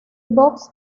box